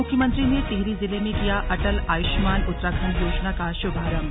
मुख्यमंत्री ने टिहरी जिले में किया अटल आयुष्मान उत्तराखंड योजना का शुभारंभ